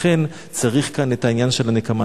לכן צריך כאן את העניין של הנקמה.